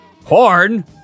Porn